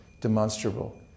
demonstrable